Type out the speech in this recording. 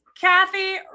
kathy